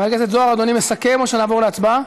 חבר הכנסת זוהר, אדוני מסכם או שנעבור להצבעה?